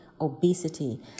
obesity